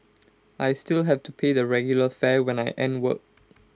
I still have to pay the regular fare when I end work